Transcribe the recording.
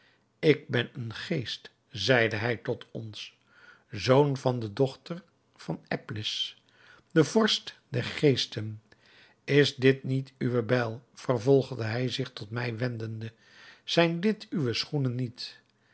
ik ben een geest zeide hij tot ons zoon van de dochter van eblis den vorst der geesten is dit niet uwe bijl vervolgde hij zich tot mij wendende zijn dit uwe schoenen niet